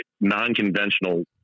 non-conventional